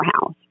house